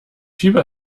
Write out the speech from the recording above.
fieber